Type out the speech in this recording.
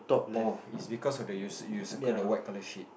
oh it's because of the you you circle the white colour shit